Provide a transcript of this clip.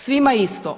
Svima isto.